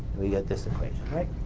we get this equation right.